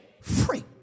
free